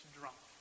drunk